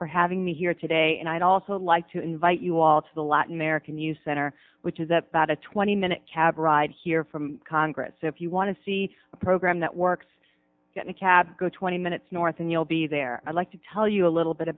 for having me here today and i'd also like to invite you all to the latin american youth center which is about a twenty minute cab ride here from congress so if you want to see a program that works get a cab go twenty minutes north and you'll be there i'd like to tell you a little bit